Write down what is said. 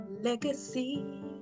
Legacy